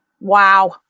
Wow